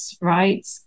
right